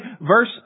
Verse